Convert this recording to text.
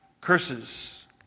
Curses